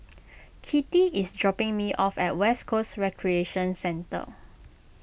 Kittie is dropping me off at West Coast Recreation Centre